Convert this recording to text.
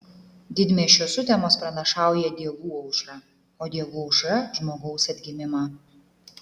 didmiesčio sutemos pranašauja dievų aušrą o dievų aušra žmogaus atgimimą